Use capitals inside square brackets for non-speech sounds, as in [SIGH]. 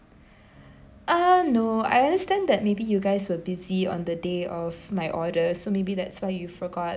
[BREATH] um no I understand that maybe you guys were busy on the day of my order so maybe that's why you forgot